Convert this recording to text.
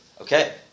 Okay